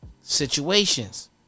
situations